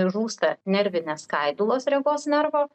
žūsta nervinės skaidulos regos nervo